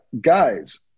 guys